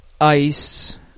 Ice